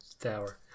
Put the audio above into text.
Tower